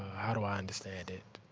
how do i understand it,